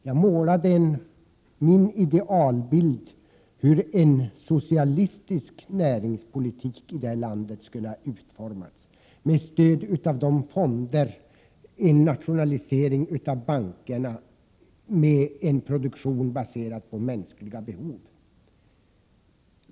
Jag målade min idealbild av hur en socialistisk näringspolitik i det här landet skulle utformas, med stöd av de fonder en nationalisering av bankerna kunde ge och med en produktion baserad på mänskliga behov.